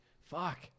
Fuck